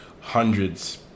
hundreds